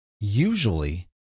usually